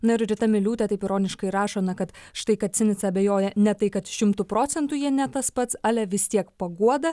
na ir rita miliūtė taip ironiškai rašo na kad štai kad sinica abejoja ne tai kad šimtu procentų jie ne tas pats ale vis tiek paguoda